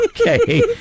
Okay